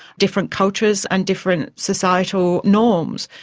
different cultures and different societal norms.